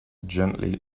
gently